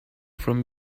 from